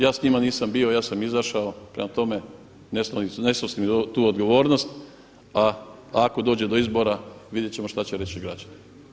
Ja s njima nisam bio, ja sam izašao prema tome ne snosim tu odgovornost, a ako dođe do izbora vidjet ćemo šta će reći građani.